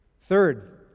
Third